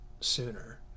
sooner